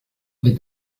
with